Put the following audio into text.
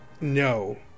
No